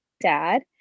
dad